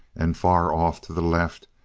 and far off to the left,